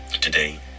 Today